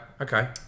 okay